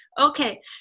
Okay